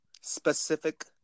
specific